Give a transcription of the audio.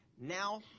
Now